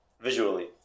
visually